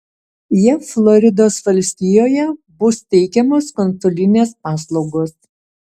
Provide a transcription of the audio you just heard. jav floridos valstijoje bus teikiamos konsulinės paslaugos